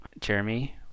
Jeremy